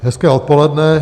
Hezké odpoledne.